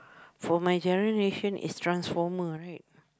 for my generation is transformer right